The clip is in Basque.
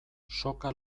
soka